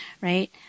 right